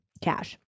Cash